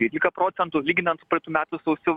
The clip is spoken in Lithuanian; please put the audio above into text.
dvylika procentų lyginant praeitų metų sausiu